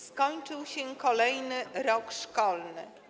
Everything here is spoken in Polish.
Skończył się kolejny rok szkolny.